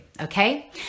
okay